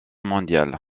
mondiale